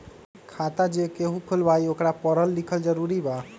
खाता जे केहु खुलवाई ओकरा परल लिखल जरूरी वा?